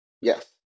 Yes